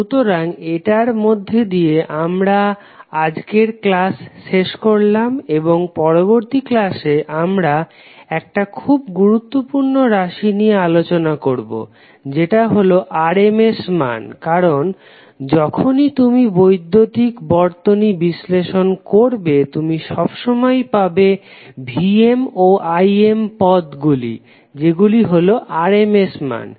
সুতরাং এটার মধ্যে দিয়ে আমরা আজকের ক্লাস শেষ করলাম এবং পরবর্তী ক্লাসে আমরা একটা খুব গুরুত্বপূর্ণ রাশি নিয়ে আলোচনা করবো যেটা হলো RMS মান কারণ যখনই তুমি বৈদ্যুতিক বর্তনী বিশ্লেষণ করবে তুমি সবসময়েই পাবে Vm ও Im পদ গুলি যেগুলো RMS মান